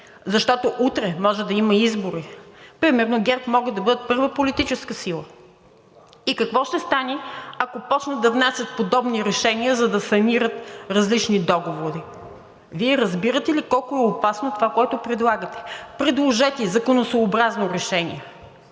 защото утре може да има избори – примерно ГЕРБ могат да бъдат първа политическа сила, и какво ще стане, ако започнат да внасят подобни решения, за да санират различни договори? Вие разбирате ли колко е опасно това, което предлагате? Предложете законосъобразно решение,